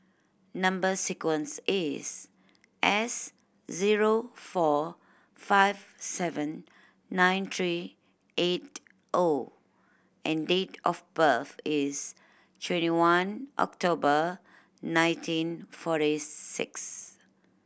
number sequence is S zero four five seven nine three eight O and date of birth is twenty one October nineteen forty six